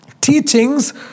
teachings